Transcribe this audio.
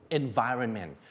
environment